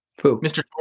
Mr